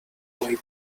way